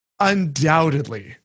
undoubtedly